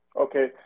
Okay